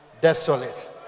desolate